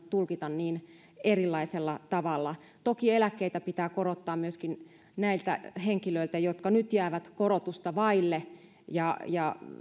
tulkita niin erilaisella tavalla toki eläkkeitä pitää korottaa myöskin näiltä henkilöiltä jotka nyt jäävät korotusta vaille